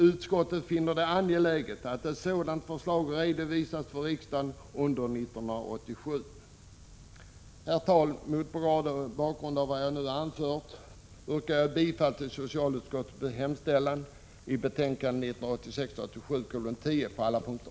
Utskottet finner det angeläget att ett sådant förslag redovisas för riksdagen under 1987. Herr talman! Mot bakgrund av vad jag nu anfört yrkar jag bifall till socialutskottets hemställan i betänkande 1986/87:10 på alla punkter.